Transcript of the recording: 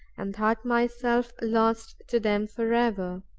and thought myself lost to them forever.